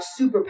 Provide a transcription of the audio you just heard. superpower